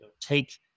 take